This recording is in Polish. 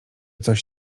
coś